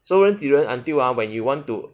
so 人挤人 until ah when you want to